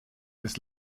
des